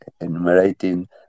enumerating